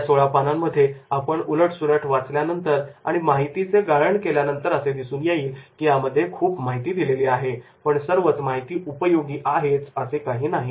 या सोळा पानांमध्ये आपण उलट सुलट वाचल्यानंतर आणि माहितीचे गाळण केल्यानंतर असे दिसून येईल की यामध्ये खुप माहिती दिलेली आहे पण सर्वच माहिती उपयोगी आहे असे काही नाही